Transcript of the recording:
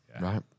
Right